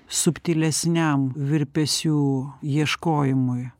subtilesniam virpesių ieškojimui